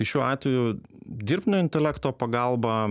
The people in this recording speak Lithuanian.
tai šiuo atveju dirbtinio intelekto pagalba